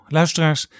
Luisteraars